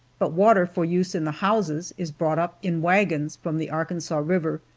but water for use in the houses is brought up in wagons from the arkansas river,